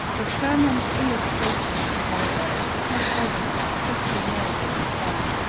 the sermon illustration, however, is not always strictly narrative in form,